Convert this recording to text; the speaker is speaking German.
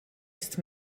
ist